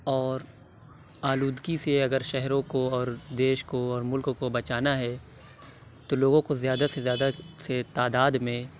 اور آلودگی سے اگر شہروں کو اور دیش کو اور مُلک کو بچانا ہے تو لوگوں کو زیادہ سے زیادہ تعداد میں